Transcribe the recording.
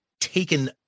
taken